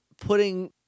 putting